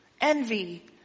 envy